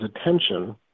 attention